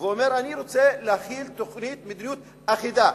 ואומר: אני רוצה להחיל תוכנית מדיניות אחידה.